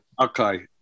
Okay